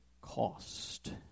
cost